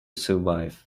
survive